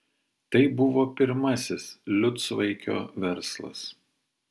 tai buvo pirmasis liucvaikio verslas